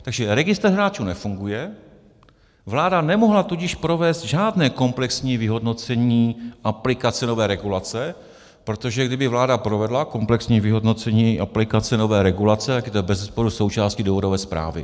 Takže registr hráčů nefunguje, vláda nemohla tudíž provést žádné komplexní vyhodnocení aplikace nové regulace, protože kdyby vláda provedla komplexní vyhodnocení aplikace nové regulace, tak je to bezesporu součástí důvodové zprávy.